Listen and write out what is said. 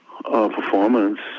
performance